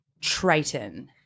Triton